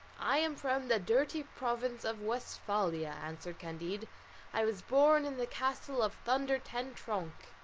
i am from the dirty province of westphalia, answered candide i was born in the castle of thunder-ten-tronckh.